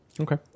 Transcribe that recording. Okay